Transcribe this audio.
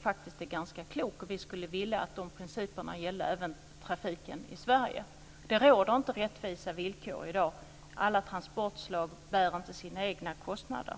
faktiskt tycker är ganska klok. Vi skulle vilja att dess principer skulle gälla även för trafiken i Sverige. I dag råder inte rättvisa villkor. Alla transportslag bär inte sina egna kostnader.